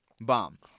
bomb